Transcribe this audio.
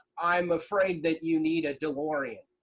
i'm afraid that you need a delorean,